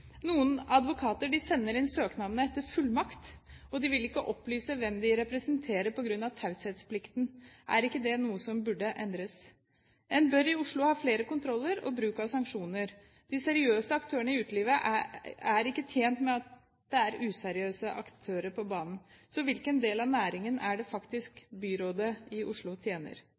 Noen advokater sender inn søknader etter fullmakt. De vil ikke opplyse om hvem de representerer, på grunn av taushetsplikten. Er ikke det noe som burde endres? I Oslo bør en ha flere kontroller og bruk av sanksjoner. De seriøse aktørene i utelivet er ikke tjent med at det er useriøse aktører på banen. Så hvilken del av næringen er det byrådet i Oslo tjener?